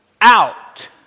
out